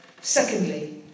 Secondly